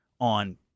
on